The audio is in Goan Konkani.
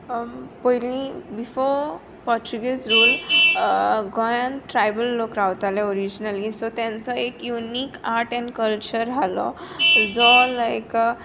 पयलीं बिफोर पोर्च्युगीस रूल गोंयांत ट्रायबल लोक रावताले ऑरिजिनली सो तांचो एक युनिक आर्ट एण्ड कल्चर आसलो जो लायक